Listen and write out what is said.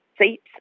seats